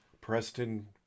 Preston